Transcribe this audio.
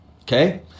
Okay